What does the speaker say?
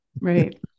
Right